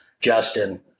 Justin